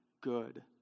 good